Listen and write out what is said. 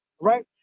Right